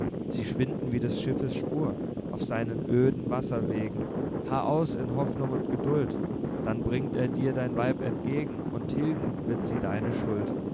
sie schwinden wie des schiffes spur auf seinen öden wasserwegen harr aus in hoffnung und geduld dann bringt er dir dein weib entgegen und tilgen wird sie deine schuld